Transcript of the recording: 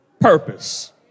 purpose